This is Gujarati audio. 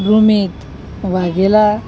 રૂમીત વાઘેલા